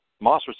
Moss